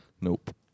Nope